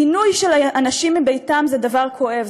פינוי של אנשים מביתם זה דבר כואב,